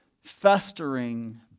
festering